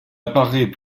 apparaît